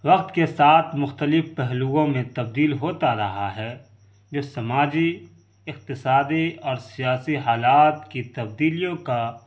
وقت کے ساتھ مختلب پہلوؤں میں تبدیل ہوتا رہا ہے جو سماجی اقتصادی اور سیاسی حالات کی تبدیلیوں کا